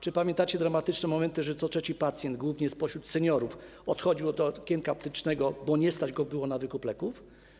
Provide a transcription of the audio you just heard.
Czy pamiętacie dramatyczne momenty, że co trzeci pacjent, głównie spośród seniorów, odchodził od okienka aptecznego, bo nie stać go było na wykupienie leków?